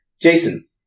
Jason